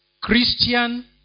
Christian